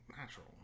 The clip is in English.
natural